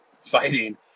fighting